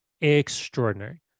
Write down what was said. Extraordinary